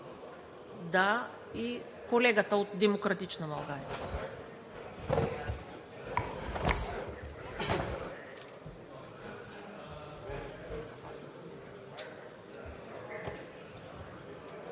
и колегата от „Демократична България“.